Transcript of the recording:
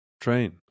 train